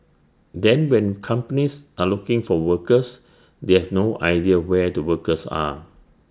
then when companies are looking for workers they have no idea where the workers are